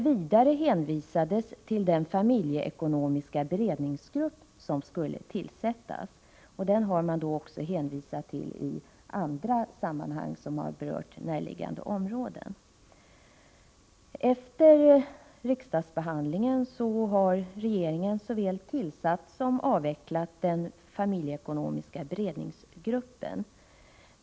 Vidare hänvisades till den familjeekonomiska beredningsgrupp som skulle tillsättas. Den har man också hänvisat till i andra sammanhang som har berört närliggande områden. Efter riksdagsbehandlingen har regeringen såväl tillsatt som avvecklat den familjeekonomiska beredningsgruppen.